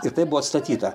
ir tai buvo atstatyta